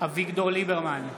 אביגדור ליברמן,